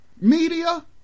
media